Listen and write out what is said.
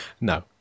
No